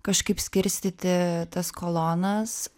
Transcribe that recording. kažkaip skirstyti tas kolonas